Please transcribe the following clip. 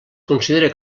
considera